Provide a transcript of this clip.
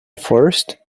forest